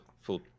full